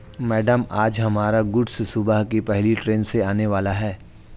madam आज हमारा goods सुबह की पहली ट्रैन से आने वाला है